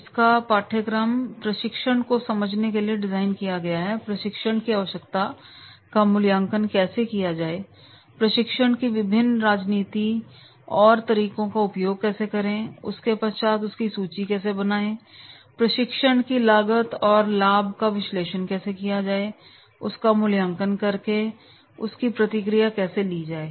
इसका पाठ्यक्रम प्रशिक्षण को समझने के लिए डिजाइन किया गया है प्रशिक्षण की आवश्यकता का मूल्यांकन कैसे किया जाए प्रशिक्षण की विभिन्न राजनीति और तरीकों का उपयोग कैसे करें उसके पश्चात उसकी सूची कैसे बनाएं प्रशिक्षण की लागत और लाभ का विश्लेषण कैसे किया जाए उसका मूल्यांकन करके उसकी प्रतिक्रिया कैसे ली जाए